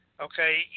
Okay